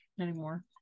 anymore